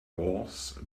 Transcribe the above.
wars